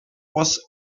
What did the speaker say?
was